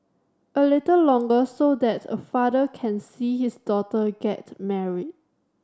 a little longer so that a father can see his daughter get married